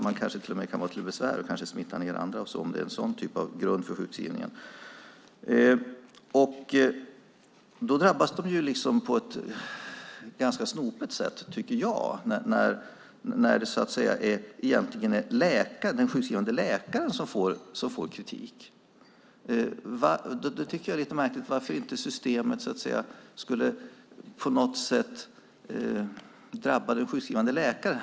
Man kan till och med vara till besvär och kanske smittar ned andra - om det är sådan typ av grund för sjukskrivningen. Den sjuke drabbas på ett snopet sätt när det egentligen är den sjukskrivande läkaren som får kritik. Det är lite märkligt varför systemet inte skulle drabba den sjukskrivande läkaren.